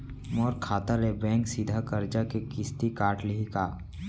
मोर खाता ले बैंक सीधा करजा के किस्ती काट लिही का?